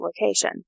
location